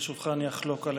ברשותך, אני אחלוק עליך.